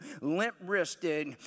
limp-wristed